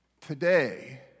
Today